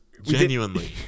Genuinely